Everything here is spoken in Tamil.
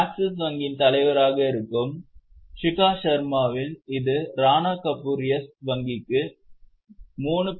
ஆக்சிஸ் வங்கியின் தலைவராக இருக்கும் ஷிகா ஷர்மாவில் இது ராணா கபூர் யெஸ் வங்கிக்கு 3